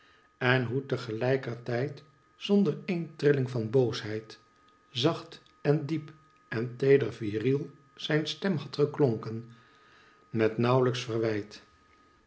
en hoe te gelijker tijd zonder een trilling van boosheid zacht en diep en teeder viriel zijn stem had geklonken met nauwlijks verwijt